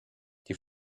die